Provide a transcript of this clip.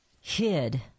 hid